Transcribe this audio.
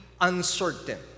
uncertain